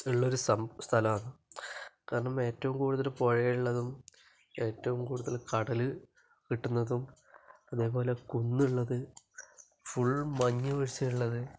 ഉള്ള ഒരു സ്ഥലമാന്ന് കാരണം ഏറ്റവും കൂടുതല് പുഴ ഉള്ളതും ഏറ്റവും കൂടുതല് കടല് കിട്ടുന്നതും അതേപോലെ കുന്ന് ഉള്ളത് ഫുൾ മഞ്ഞു വീഴ്ചയുള്ളത്